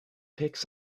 picks